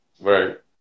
Right